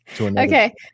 Okay